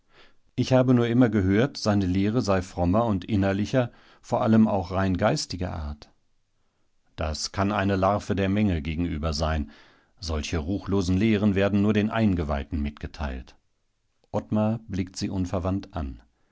ich habe nur immer gehört seine lehre sei frommer und innerlicher vor allem auch rein geistiger art das kann eine larve der menge gegenüber sein solche ruchlose lehren werden nur den eingeweihten mitgeteilt ottmar blickt sie unverwandt an